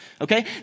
Okay